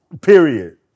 Period